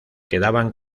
quedaban